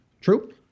True